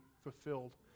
fulfilled